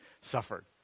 suffered